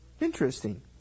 Interesting